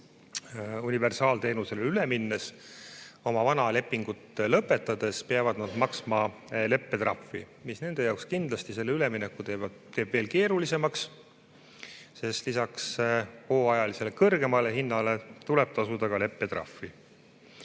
universaalteenusele üle minnes oma vana lepingut lõpetades peavad nad maksma leppetrahvi, mis nende jaoks kindlasti selle ülemineku teeb veel keerulisemaks. Lisaks hooajalisele kõrgemale hinnale tuleb tasuda ka leppetrahvi.